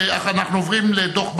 נעבור להצעה לסדר-היום מס' 7924,